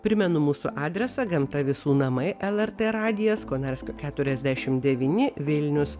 primenu mūsų adresą gamta visų namai lrt radijas konarskio keturiasdešimt devyni vilnius